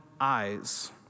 eyes